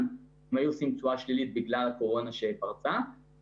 הם היו תשואה שלילית בגלל הקורונה שפרצה,